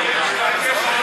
אדוני, אני יכולה לבקש הערה